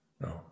No